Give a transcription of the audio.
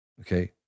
Okay